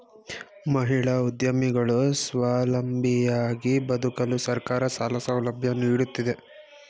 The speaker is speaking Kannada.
ಮಹಿಳಾ ಉದ್ಯಮಿಗಳು ಸ್ವಾವಲಂಬಿಯಾಗಿ ಬದುಕಲು ಸರ್ಕಾರ ಸಾಲ ಸೌಲಭ್ಯ ನೀಡುತ್ತಿದೆ